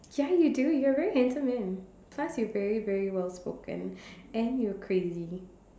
ya you do you are very handsome man plus you very very well spoken and you're crazy